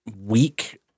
week